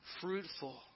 fruitful